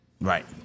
Right